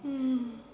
mm